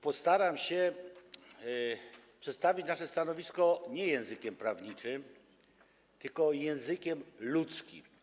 Postaram się przedstawić nasze stanowisko nie językiem prawniczym, tylko językiem ludzkim.